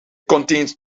contains